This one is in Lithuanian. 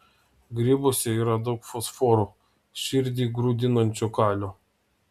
grybuose yra daug fosforo širdį grūdinančio kalio